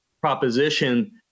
proposition